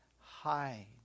hide